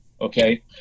okay